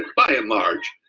by and large,